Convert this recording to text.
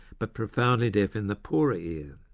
but profoundly deaf in the poorer ear.